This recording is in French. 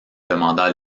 demanda